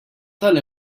tal